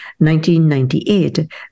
1998